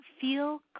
feel